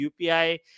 upi